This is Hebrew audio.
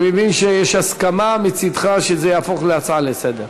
אני מבין שיש הסכמה מצדך שזה יהפוך להצעה לסדר-היום.